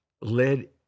led